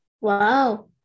Wow